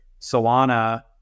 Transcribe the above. Solana